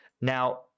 Now